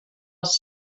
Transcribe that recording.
els